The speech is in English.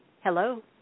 Hello